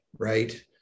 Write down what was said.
right